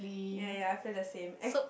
ya ya I feel the same